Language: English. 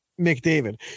McDavid